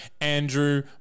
Andrew